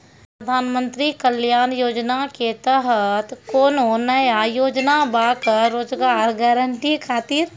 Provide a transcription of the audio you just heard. प्रधानमंत्री कल्याण योजना के तहत कोनो नया योजना बा का रोजगार गारंटी खातिर?